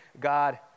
God